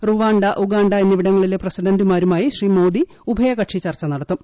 Rwanda Uganda എന്നിവിടങ്ങളിലെ പ്രസിഡന്റുമാരുമായി ശ്രീ മോദീ ഉഭയകക്ഷി ചർച്ച നടത്തും